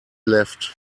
left